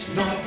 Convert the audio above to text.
no